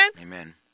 Amen